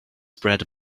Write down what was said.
spread